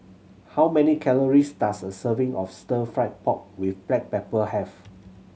how many calories does a serving of Stir Fried Pork With Black Pepper have